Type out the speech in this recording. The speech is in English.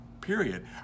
period